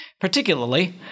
particularly